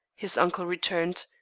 his uncle returned.